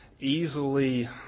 easily